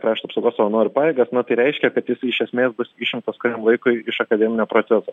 krašto apsaugos savanorių pajėgas na tai reiškia kad jis iš esmės bus išimtas kuriam laikui iš akademinio proceso